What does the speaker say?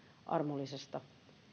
armollisesta